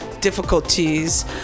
difficulties